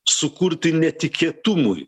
sukurti netikėtumui